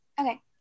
Okay